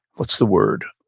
what's the word?